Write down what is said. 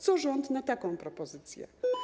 Co rząd na taką propozycję?